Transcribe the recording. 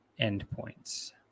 endpoints